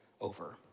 over